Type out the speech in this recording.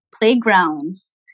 playgrounds